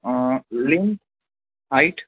length hight